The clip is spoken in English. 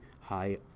high